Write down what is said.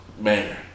man